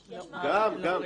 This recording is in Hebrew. גם.